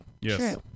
Yes